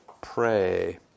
pray